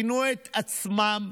פינו את עצמם